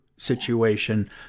Situation